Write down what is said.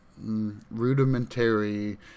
rudimentary